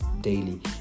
daily